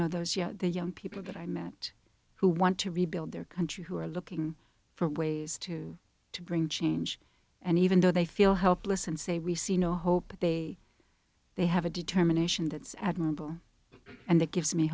know those yet the young people that i met who want to rebuild their country who are looking for ways to to bring change and even though they feel helpless and say we see no hope they they have a determination that's admirable and that gives me